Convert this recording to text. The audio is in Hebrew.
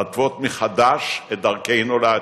להתוות מחדש את דרכנו לעתיד.